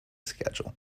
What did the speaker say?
schedule